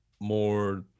more